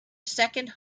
second